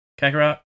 Kakarot